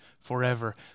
forever